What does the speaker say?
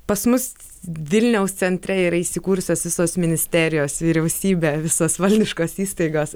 pas mus vilniaus centre yra įsikūrusios visos ministerijos vyriausybė visos valdiškos įstaigos